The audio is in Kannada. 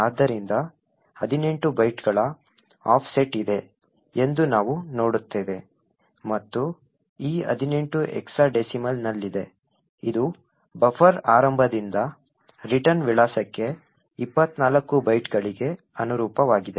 ಆದ್ದರಿಂದ 18 ಬೈಟ್ಗಳ ಆಫ್ಸೆಟ್ ಇದೆ ಎಂದು ನಾವು ನೋಡುತ್ತೇವೆ ಮತ್ತು ಈ 18 ಹೆಕ್ಸಾಡೆಸಿಮಲ್ನಲ್ಲಿದೆ ಇದು ಬಫರ್ ಆರಂಭದಿಂದ ರಿಟರ್ನ್ ವಿಳಾಸಕ್ಕೆ 24 ಬೈಟ್ಗಳಿಗೆ ಅನುರೂಪವಾಗಿದೆ